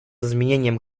изменением